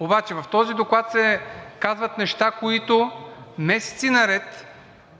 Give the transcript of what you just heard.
Обаче в този доклад се казват неща, които месеци наред